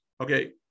Okay